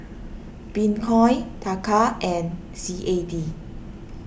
Bitcoin Taka and C A D